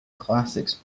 classics